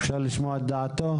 אפשר לשמוע את דעתו?